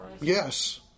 yes